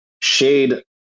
Shade